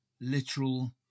literal